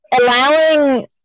allowing